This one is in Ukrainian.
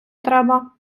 треба